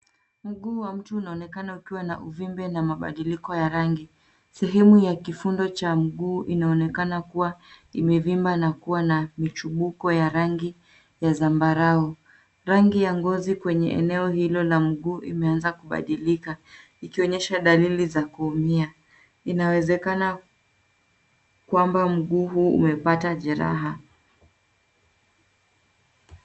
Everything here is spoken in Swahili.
Mguu wa mtu unaonekana ukiwa na uvimbe na mabadiliko ya rangi. Sehemu ya kifundo cha mguu inaonekana kuwa imevimba na kuwa na michubuko wa rangi ya zambarau. Rangi ya ngozi kwenye eneo hilo la mguu imeanza kubadilika ikonyesha dalili za kuumia. Inawezekana kwamba mguu huu umepata jeraha.